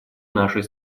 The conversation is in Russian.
нашей